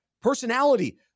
Personality